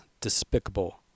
despicable